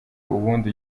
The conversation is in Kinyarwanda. ubundi